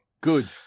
Good